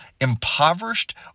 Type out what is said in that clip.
impoverished